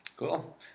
Cool